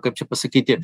kaip čia pasakyti